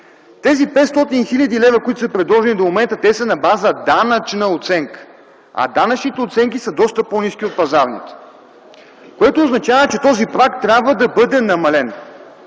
Тези 500 хил. лв., които са предложени до момента, те са на база данъчна оценка, а данъчните оценки са доста по-ниски от пазарните, което означава, че този праг трябва да бъде намален. Той